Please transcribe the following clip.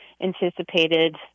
anticipated